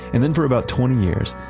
and then for about twenty years,